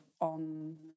on